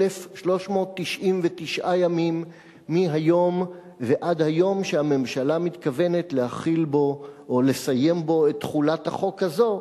1,399 ימים מהיום ועד היום שהממשלה מתכוונת לסיים בו את תחולת החוק הזה.